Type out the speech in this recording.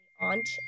Aunt